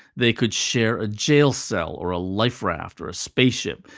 they could share a jail cell or ah life raft or spaceship.